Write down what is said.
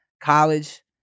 college